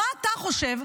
מה אתה חושב,